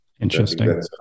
Interesting